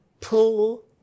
pull